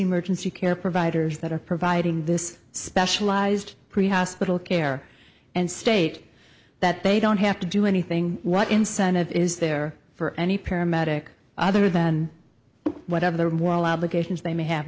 emergency care providers that are providing this specialized pre hospital care and state that they don't have to do anything what incentive is there for any paramedic other than whatever their moral obligations they may have